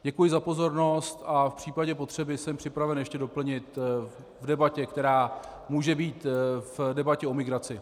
Děkuji za pozornost a v případě potřeby jsem připraven ještě doplnit v debatě, která může být v debatě o migraci.